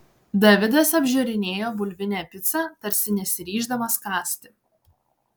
davidas apžiūrinėjo bulvinę picą tarsi nesiryždamas kąsti